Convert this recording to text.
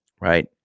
right